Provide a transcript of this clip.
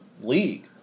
league